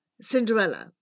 Cinderella